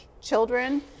children